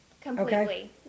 completely